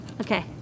Okay